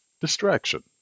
distraction